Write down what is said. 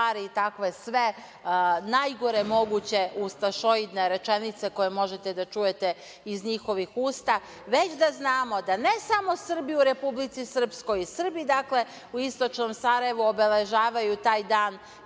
takve sve najgore moguće ustašojidne rečenice koje možete da čujete iz njihovih usta, već da znamo da ne samo Srbi u Republici Srpskoj i Srbi u istočnom Sarajevu obeležavaju taj dan